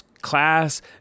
class